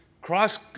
cross